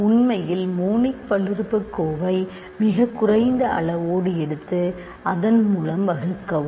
உண்மையில் மோனிக் பல்லுறுப்புக்கோவை மிகக் குறைந்த அளவோடு எடுத்து அதன் மூலம் வகுக்கவும்